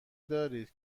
دارید